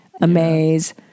amaze